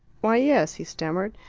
why, yes, he stammered.